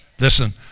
Listen